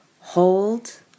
hold